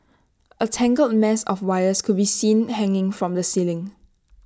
A tangled mess of wires could be seen hanging from the ceiling